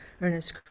Ernest